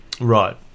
Right